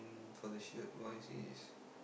for the shirt wise it's